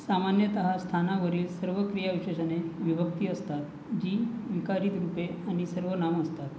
सामान्यत स्थानावरील सर्व क्रियाविशेषने विभक्ती असतात जी विकारित रूपे आनि सर्वनाम असतात